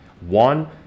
one